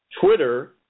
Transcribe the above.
Twitter